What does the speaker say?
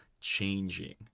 changing